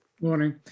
Morning